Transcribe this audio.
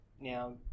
Now